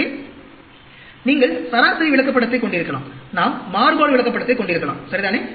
எனவே நீங்கள் சராசரி விளக்கப்படத்தைக் கொண்டிருக்கலாம் நாம் மாறுபாடு விளக்கப்படத்தைக் கொண்டிருக்கலாம் சரிதானே